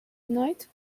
night